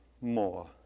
more